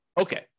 Okay